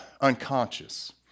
unconscious